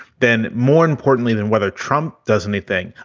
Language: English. then more importantly then, whether trump does anything.